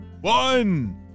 one